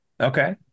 Okay